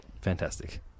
fantastic